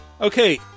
okay